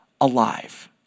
alive